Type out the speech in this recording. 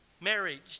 marriage